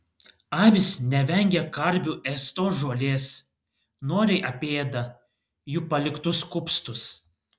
avys nevengia karvių ėstos žolės noriai apėda jų paliktus kupstus